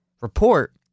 report